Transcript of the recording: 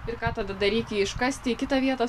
tai ką tada daryti jį iškasti į kitą vietą